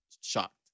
shocked